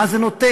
מה זה נותן?